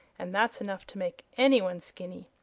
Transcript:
and that's enough to make anyone skinny.